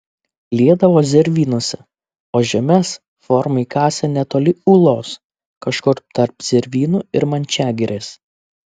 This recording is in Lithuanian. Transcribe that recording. liedavo zervynose o žemes formai kasė netoli ūlos kažkur tarp zervynų ir mančiagirės